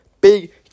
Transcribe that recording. big